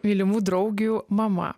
mylimų draugių mama